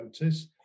notice